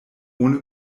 ohne